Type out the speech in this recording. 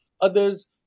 others